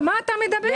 על מה אתה מדבר?